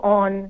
on